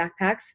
backpacks